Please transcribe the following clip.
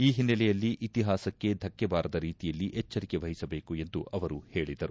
ಈ ಹಿನ್ನೆಲೆಯಲ್ಲಿ ಇತಿಹಾಸಕ್ಕೆ ಧಕ್ಕೆಬಾರದ ರೀತಿಯಲ್ಲಿ ಎಚ್ವರಿಕೆ ವಹಿಸಬೇಕು ಎಂದು ಅವರು ಹೇಳಿದರು